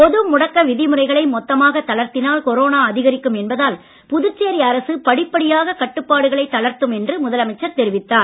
பொது முடக்க விதிமுறைகளை மொத்தமாக தளர்த்தினால் கொரோனா அதிகரிக்கும் என்பதால் புதுச்சேரி அரசு படிப்படியாக கட்டுப்பாடுகளை தளர்த்தும் என்று முதலமைச்சர் தெரிவித்தார்